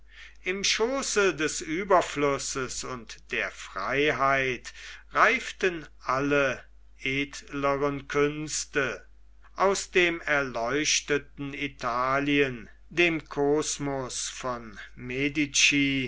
im schooße des ueberflusses und der freiheit reiften alle edleren künste ans dem erleuchteten italien dem cosmus von medicis